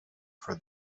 for